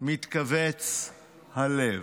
מתכווץ הלב.